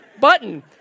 button